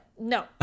no